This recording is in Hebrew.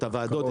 את הוועדות,